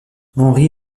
henri